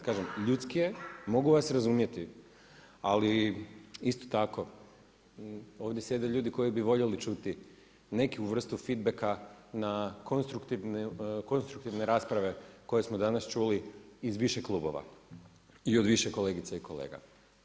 Kažem ljudski je, mogu vas razumjeti, ali isto tako ovdje sjede ljudi koji bi voljeli čuti neku vrtu feedback na konstruktivne rasprave koje smo danas čuli iz više klubova i od više kolegica i kolega.